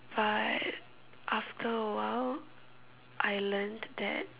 but after a while I learnt that